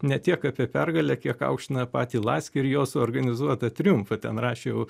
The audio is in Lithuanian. ne tiek apie pergalę kiek aukština patį laskį ir jo suorganizuotą triumfą ten rašė jau